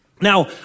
Now